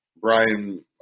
Brian